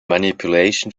manipulation